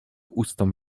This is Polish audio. ustom